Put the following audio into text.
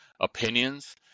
opinions